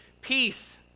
Peace